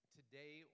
today